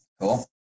Cool